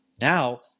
Now